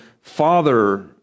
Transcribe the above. father